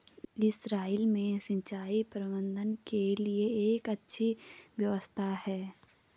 Israel में सिंचाई प्रबंधन के लिए एक अच्छी व्यवस्था है